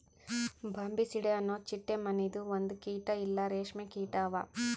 Bombycidae ಅನೊ ಚಿಟ್ಟೆ ಮನಿದು ಒಂದು ಕೀಟ ಇಲ್ಲಾ ರೇಷ್ಮೆ ಕೀಟ ಅವಾ